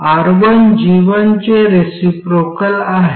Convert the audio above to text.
R1 G1 चे reciprocal आहे